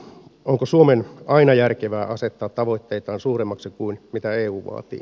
onko suomen aina järkevää asettaa tavoitteitaan suuremmiksi kuin eu vaatii